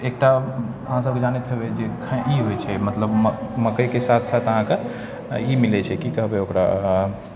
एकटा अहाँसबके जानैत हेबै जे खल्ली होइ छै मकइके साथ साथ अहाँके ई मिलै छै की कहबै ओकरा